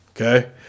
Okay